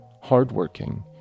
hardworking